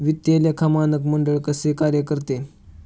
वित्तीय लेखा मानक मंडळ कसे कार्य करते?